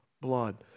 blood